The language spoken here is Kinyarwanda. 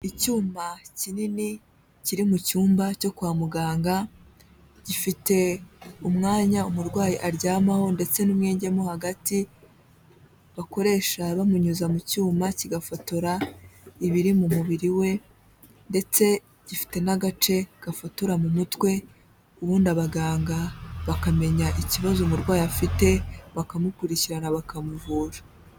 Icyuma kinini kiri mu cyumba cyo kwa muganga gifite umwanya umurwayi aryamaho ndetse n'umwenge mo hagati bakoresha bamunyuza mu cyuma kigafotora ibiri mu mubiri we, ndetse gifite n'agace gafotora mu mutwe, ubundi abaganga bakamenya ikibazo umurwayi afite, bakamukurikirana bakamuvura.